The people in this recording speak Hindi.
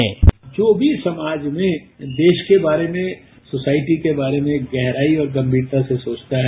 बाईट जो भी समाज में देश के बारे में सोसायटी के बारे में गहराई और गंमीरता से सोचता है